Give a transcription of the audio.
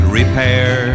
repair